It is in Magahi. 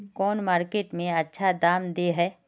कौन मार्केट में अच्छा दाम दे है?